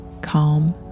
calm